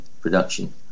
production